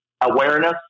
awareness